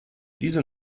diese